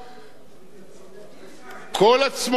כל עצמותיו תחוללנה.